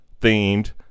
themed